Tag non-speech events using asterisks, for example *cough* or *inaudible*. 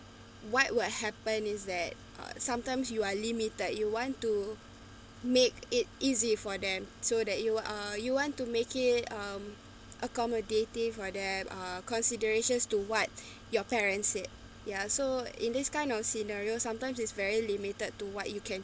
what will happen is that uh sometimes you are limited you want to make it easy for them so that you will uh you want to make it um accommodating for them uh considerations to what *breath* your parents said yah so in this kind of scenario sometimes is very limited to what you can